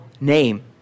name